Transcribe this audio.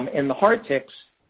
um and the hard ticks,